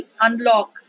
unlock